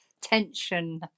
tension